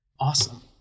Awesome